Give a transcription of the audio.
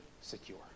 secure